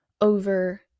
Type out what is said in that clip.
over